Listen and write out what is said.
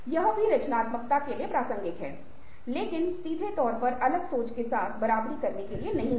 यह भी रचनात्मकता के लिए प्रासंगिक है लेकिन सीधे तौर पर अलग सोच के साथ बराबरी करने के लिए नहीं है